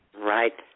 Right